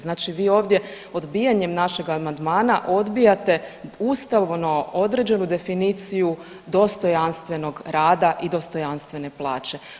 Znači vi ovdje odbijanjem našeg amandmana odbijate ustavno određenu definiciju dostojanstvenog rada i dostojanstvene plaće.